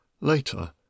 later